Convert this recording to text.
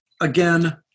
again